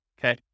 okay